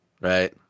right